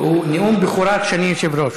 נאום בכורה כשאני יושב-ראש.